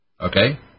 okay